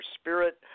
spirit